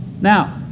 Now